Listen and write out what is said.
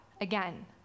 again